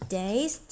days